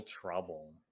Trouble